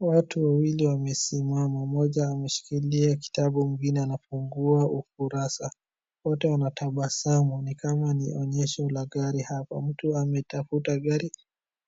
Watu wawili wamesimama. Mmoja ameshikilia kitabu mwingine anafungua ukurasa. Wote wanatabasamu. Ni kama ni onyesho la gari hapa. Mtu ametafuta gari